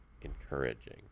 encouraging